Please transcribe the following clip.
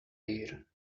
year